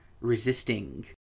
resisting